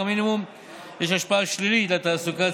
מינימום יש השפעה שלילית על התעסוקה.